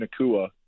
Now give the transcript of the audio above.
Nakua